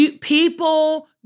People